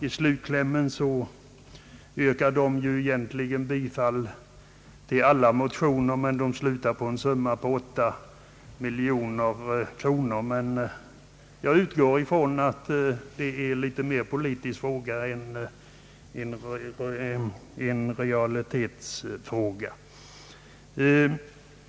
I slutklämmen yrkar reservanterna bifall till alla motioner, och jag utgår ifrån att det här mera är en politisk fråga än en sakfråga.